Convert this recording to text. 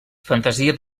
fantasia